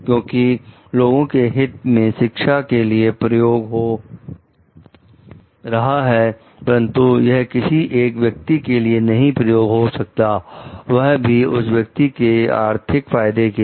क्योंकि है लोगों के हित में शिक्षा के लिए प्रयोग हो रहा है परंतु यह किसी एक व्यक्ति के लिए नहीं प्रयोग हो सकता और वह भी उस व्यक्ति के आर्थिक फायदे के लिए